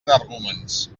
energúmens